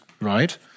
right